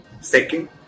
Second